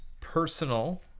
personal